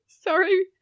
Sorry